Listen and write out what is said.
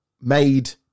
made